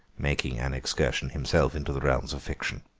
making an excursion himself into the realms of fiction.